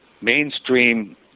mainstream